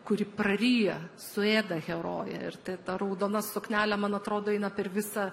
kuri praryja suėda heroję ir tai ta raudona suknelė man atrodo eina per visą